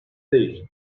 değil